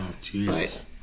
Jesus